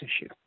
issue